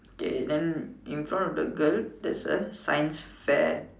okay then in front of the girl there's a science fair